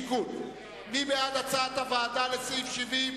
עמוד 214. מי בעד הצעת הוועדה לסעיף 70,